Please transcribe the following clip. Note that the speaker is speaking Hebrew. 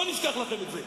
לא נשכח לכם את זה.